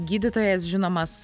gydytojas žinomas